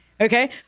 okay